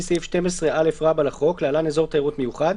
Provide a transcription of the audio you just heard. סעיף 12א לחוק (להלן אזור תיירות מיוחד)